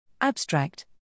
Abstract